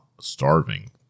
starving